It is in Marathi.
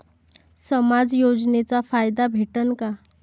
समाज योजनेचा फायदा भेटन का?